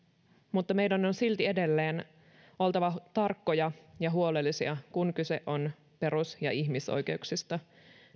mutta meidän on silti edelleen oltava tarkkoja ja huolellisia kun kyse on perus ja ihmisoikeuksista